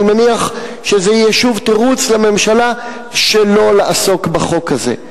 אני מניח שזה יהיה שוב תירוץ לממשלה שלא לעסוק בחוק הזה.